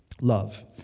love